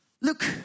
Look